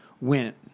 went